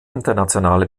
internationale